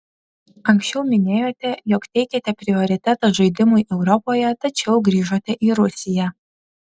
anksčiau minėjote jog teikiate prioritetą žaidimui europoje tačiau grįžote į rusiją